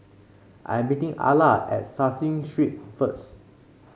I'm meeting Alla at Caseen Street first